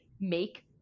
make